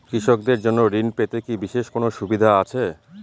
কৃষকদের জন্য ঋণ পেতে কি বিশেষ কোনো সুবিধা আছে?